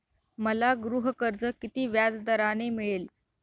मला गृहकर्ज किती व्याजदराने मिळेल?